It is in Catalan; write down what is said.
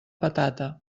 patata